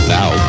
now